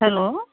hello